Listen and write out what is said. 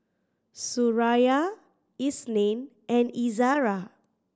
Suraya Isnin and Izara